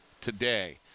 today